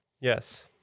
Yes